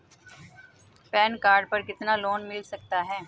Pan card पर कितना loan मिल सकता है?